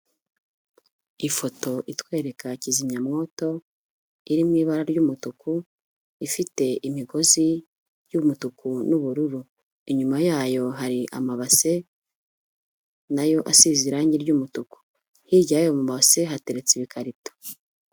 Ifoto itwereka kizimyamwoto iri mu ibara ry'umutuku, ifite imigozi y'umutuku n'ubururu. Inyuma yayo hari amabase na yo asize irangi ry'umutuku. Hirya yayo mabase hateretse ibikarito.